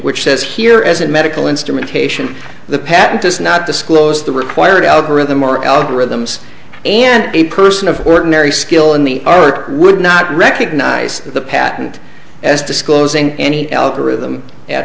which says here as in medical instrumentation the patent does not disclose the required algorithm or algorithms and a person of ordinary skill in the art would not recognize the patent as disclosing any algorithm at